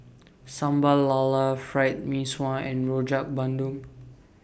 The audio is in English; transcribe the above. Sambal Lala Fried Mee Sua and Rojak Bandung